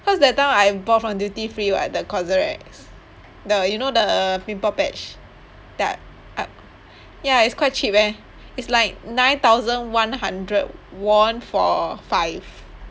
cause that time I bought from duty free [what] the cosrx the you know the pimple patch that uh ya it's quite cheap eh it's like nine thousand one hundred won for five